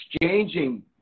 exchanging